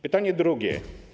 Pytanie drugie.